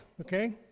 okay